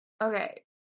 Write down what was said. Okay